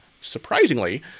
surprisingly